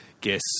guess